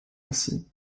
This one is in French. ainsi